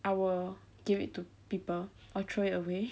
I will give it to people or throw it away